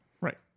Right